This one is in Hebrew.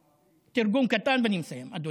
תרגום קטן ואני מסיים, אדוני.